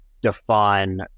define